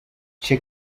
che